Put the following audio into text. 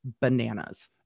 bananas